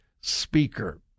speaker